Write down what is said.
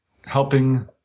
helping